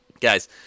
Guys